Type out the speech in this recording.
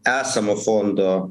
esamo fondo